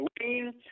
Halloween